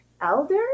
elder